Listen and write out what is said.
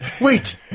Wait